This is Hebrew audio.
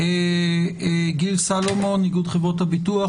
גיל סלומון, איגוד חברות הביטוח.